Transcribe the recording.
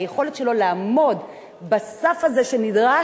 היכולת שלו לעמוד בסף הזה שנדרש,